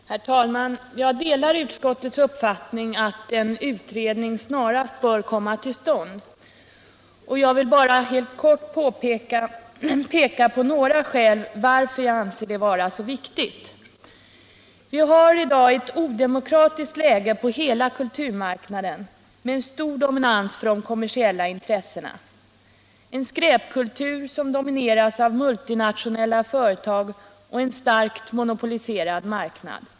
Herr talman! Jag delar utskottets uppfattning att en utredning snarast bör komma till stånd, och jag vill bara helt kort peka på några skäl varför jag anser det vara så viktigt. Vi har i dag ett odemokratiskt läge på hela kulturmarknaden med en stor dominans för de kommersiella intressena — en skräpkultur som domineras av multinationella företag och en starkt monopoliserad marknad.